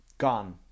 Gone